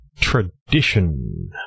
Tradition